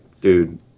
dude